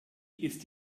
ist